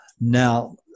Now